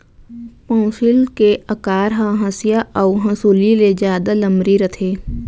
पौंसुल के अकार ह हँसिया अउ हँसुली ले जादा लमरी रथे